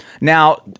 Now